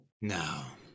Now